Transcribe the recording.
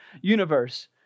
universe